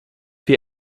wie